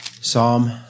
Psalm